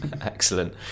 Excellent